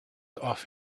off